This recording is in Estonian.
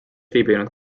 viibinud